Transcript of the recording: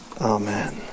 Amen